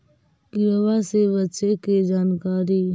किड़बा से बचे के जानकारी?